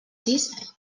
sis